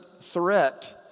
threat